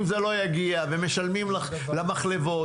אם זה לא יגיע ומשלמים למחלבות,